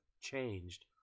changed